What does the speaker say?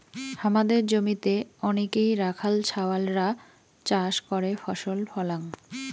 হামাদের জমিতে অনেইক রাখাল ছাওয়ালরা চাষ করে ফসল ফলাং